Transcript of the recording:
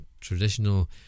Traditional